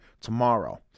tomorrow